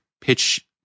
pitch